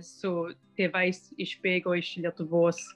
su tėvais išbėgo iš lietuvos